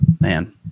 Man